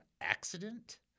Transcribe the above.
accident